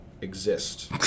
exist